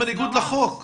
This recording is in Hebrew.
זה גם בניגוד לחוק.